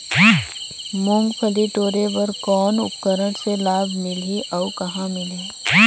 मुंगफली टोरे बर कौन उपकरण ले लाभ मिलही अउ कहाँ मिलही?